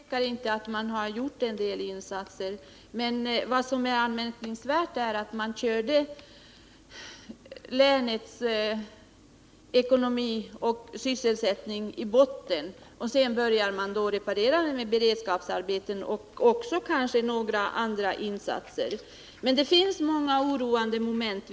Herr talman! Jag förnekar inte att man har gjort en del insatser. Men det är anmärkningsvärt att man körde länets sysselsättning och ekonomi i botten. Sedan började man reparera det med beredskapsarbeten och kanske också några andra insatser. Det finns många oroande moment.